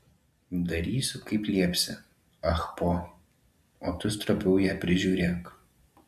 darysiu kaip liepsi ah po o tu stropiau ją prižiūrėk